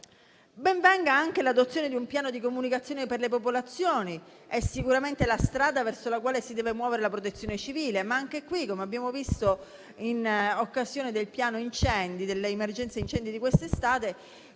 Ben venga anche l'adozione di un piano di comunicazione per le popolazioni, perché questa è sicuramente la strada verso la quale si deve muovere la protezione civile; anche in questo caso, però, come abbiamo visto in occasione del piano per contrastare le emergenze incendi di quest'estate,